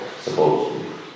supposedly